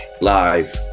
live